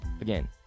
again